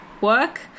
work